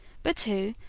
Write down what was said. but who,